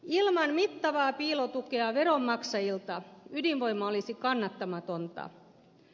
ilman mittavaa piilotukea veronmaksajilta ydinvoima olisi kannattamatonta